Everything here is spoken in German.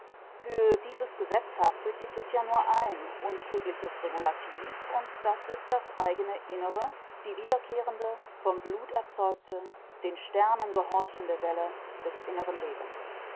für dieses gesetzhafte gibt es ja nur ein untrügliches regulativ und das ist das eigene innere die wiederkehrende vom blut erzeugte den sternen gehorchende welle des inneren lebens